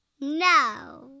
No